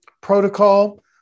protocol